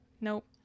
Nope